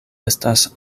estas